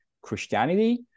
Christianity